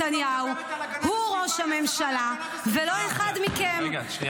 ועכשיו גם נתניהו מתקבל אצלו לביקור ראשון של מנהיג זר.